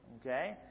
Okay